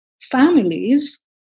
families